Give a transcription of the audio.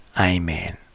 Amen